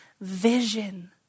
vision